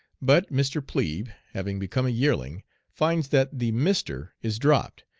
but mr. plebe, having become a yearling finds that the mr. is dropped,